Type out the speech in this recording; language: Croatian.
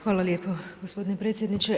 Hvala lijepo gospodine predsjedniče.